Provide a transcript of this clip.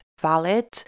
valid